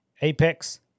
Apex